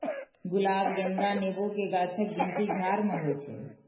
गुलाब, गेंदा, नेबो के गाछक गिनती झाड़ मे होइ छै